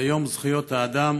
ביום זכויות האדם,